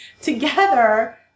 together